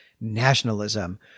nationalism